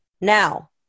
now